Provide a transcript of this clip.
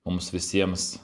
mums visiems